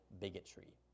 bigotry